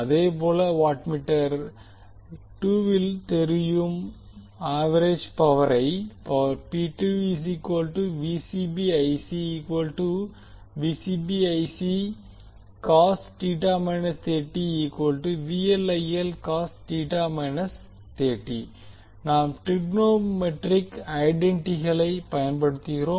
அதேபோல வாட்மீட்டர் 2 வில் தெரியும் ஆவெரேஜ் பவரை நாம் டிரிக்னோமெட்ரிக் ஐடேன்டீஸ்களை பயன்படுத்துகிறோம்